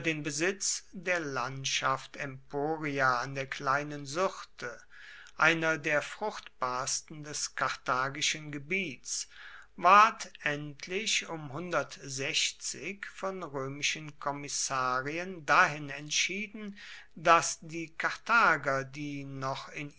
den besitz der landschaft emporia an der kleinen syrte einer der fruchtbarsten des karthagischen gebiets ward endlich von römischen kommissarien dahin entschieden daß die karthager die noch in